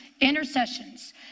intercessions